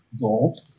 gold